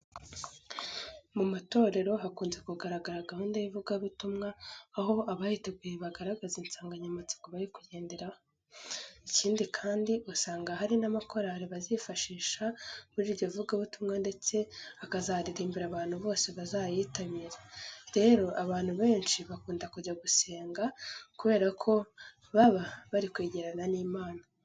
Mu matorero hakunze kugaragara gahunda y'ivugabutumwa, aho abayiteguye bagaragaza insanganyamatsiko bari kugenderaho. Ikindi kandi, usanga hari n'amakorari bazifashisha muri iryo vugabutumwa ndetse akazaririmbira abantu bose bazayitabira. Rero abantu benshi bakunda kujya gusenga kubera ko baba bari kwegerana n'Imana.